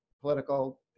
political